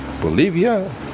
Bolivia